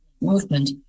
movement